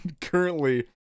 Currently